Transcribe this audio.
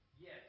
Yes